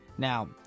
Now